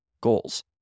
goals